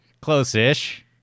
Close-ish